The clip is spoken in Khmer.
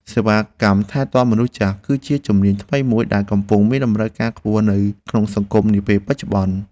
សេវាកម្មថែទាំមនុស្សចាស់ គឺជាជំនាញថ្មីមួយដែលកំពុងមានតម្រូវការខ្ពស់នៅក្នុងសង្គមនាពេលបច្ចុប្បន្ន។